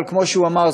אבל כמו שהוא אמר,